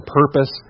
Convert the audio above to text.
purpose